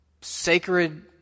sacred